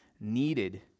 needed